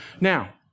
Now